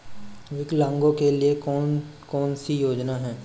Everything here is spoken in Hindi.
विकलांगों के लिए कौन कौनसी योजना है?